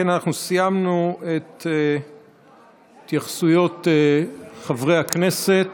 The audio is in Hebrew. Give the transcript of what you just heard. אם כן, סיימנו את התייחסויות חברי הכנסת,